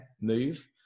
move